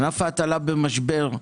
נושא שני, ענף ההטלה נמצא במשבר.